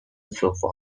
sofa